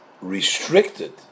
restricted